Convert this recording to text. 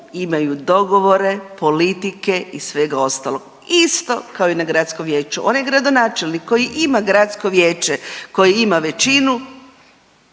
imaju dogovore politike i svega ostalog isto kao i na gradskom vijeću. On je gradonačelnik koji ima gradsko vijeće koje ima većinu